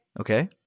Okay